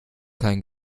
kein